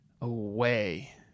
Away